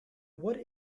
what